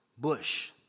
Bush